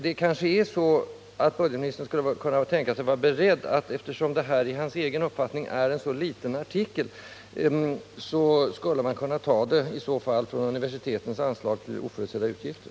Det kanske är så att budgetministern skulle kunna tänka sig att — eftersom det här i hans uppfattning är en så liten artikel — tillåta att man i så fall kunde ta pengar från universitetens anslag för oförutsedda utgifter?